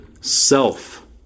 Self